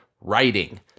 writing